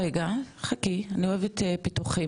רגע חכי אני אוהבת פיתוחים.